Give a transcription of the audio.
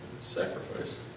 Sacrifice